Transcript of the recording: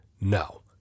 No